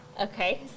Okay